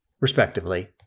respectively